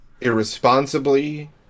irresponsibly